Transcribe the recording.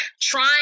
Trying